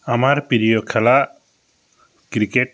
আমার প্রিয় খেলা ক্রিকেট